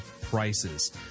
prices